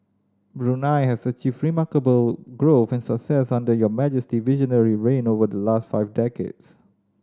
Brunei has achieved remarkable growth and success under Your Majesty visionary reign over the last five decades